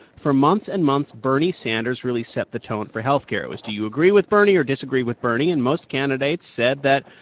for months and months, bernie sanders really set the tone for health care. it was, do you agree with bernie or disagree with bernie? and most candidates said that,